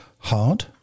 hard